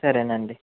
సరేనండి